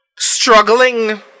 Struggling